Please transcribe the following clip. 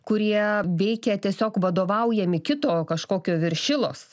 kurie veikia tiesiog vadovaujami kito kažkokio viršilos